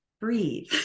breathe